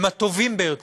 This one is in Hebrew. הם הטובים ביותר,